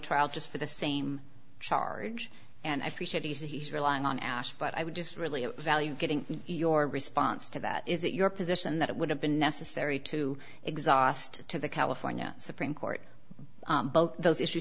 retrial just for the same charge and every said he's relying on ash but i would just really value getting your response to that is it your position that it would have been necessary to exhaust to the california supreme court both those issue